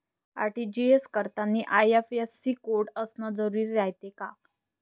RTGS करतांनी IFSC code असन जरुरी रायते का?